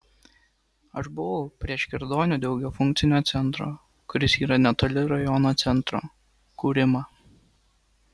aš buvau prieš kirdonių daugiafunkcio centro kuris yra netoli rajono centro kūrimą